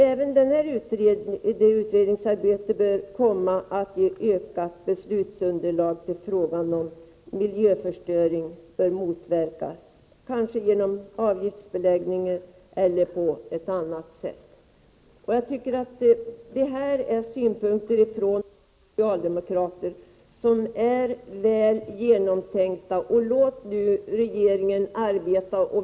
Även detta utredningsarbete bör ge ökat beslutsunderlag när det gäller frågan om hur miljöförstöring bör motverkas. Det kan kanske ske genom avgiftsbeläggning eller på annat sätt. Det här är synpunkter från oss socialdemokrater som är väl genomtänkta. Låt nu regeringen arbeta.